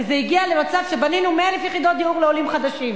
וזה הגיע למצב שבנינו 100,000 יחידות דיור לעולים חדשים.